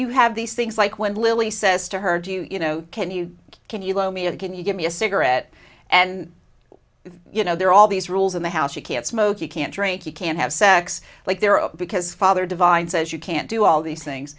you have these things like when lily says to her do you know can you can you loan me a can you give me a cigarette and you know there are all these rules in the house you can't smoke you can't drink you can't have sex like there are because father divine says you can't do all these things